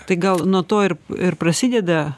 tai gal nuo to ir ir prasideda